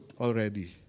already